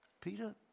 Peter